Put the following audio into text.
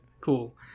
cool